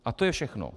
A to je všechno.